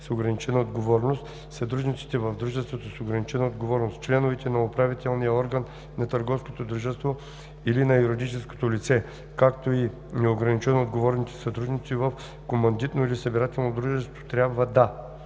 с ограничена отговорност, съдружниците в дружества с ограничена отговорност, членовете на управителния орган на търговското дружество или на юридическото лице, както и неограничено отговорните съдружници в командитно или събирателно дружество трябва да: